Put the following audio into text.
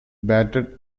batted